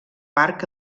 parc